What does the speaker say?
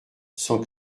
sans